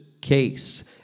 case